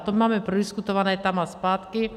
To máme prodiskutované tam a zpátky.